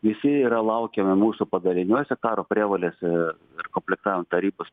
visi yra laukiami mūsų padaliniuose karo prievolės ir ir komplektavimo tarybos